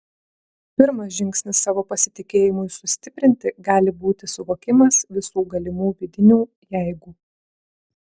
pirmas žingsnis savo pasitikėjimui sustiprinti gali būti suvokimas visų galimų vidinių jeigu